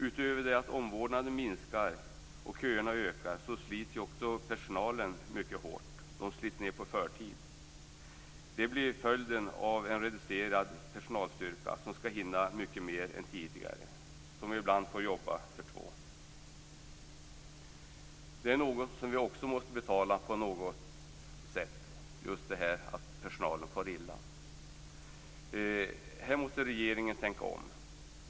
Utöver det att omvårdnaden minskar och köerna ökar slits också personalen mycket hårt. Den slits ned på förtid. Det blir följden av en reducerad personalstyrka som skall hinna mycket mer än tidigare och i bland får jobba för två. Att personalen far illa måste vi också betala på något sätt. Här måste regeringen tänka om.